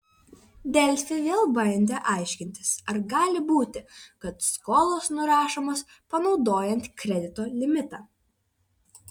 delfi vėl bandė aiškintis ar gali būti kad skolos nurašomos panaudojant kredito limitą